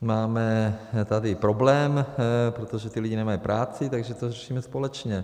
Máme tady problém, protože ti lidé nemají práci, takže to řešíme společně.